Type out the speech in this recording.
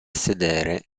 sedere